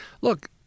Look